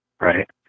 right